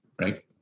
right